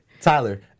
Tyler